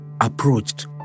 approached